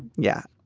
yeah.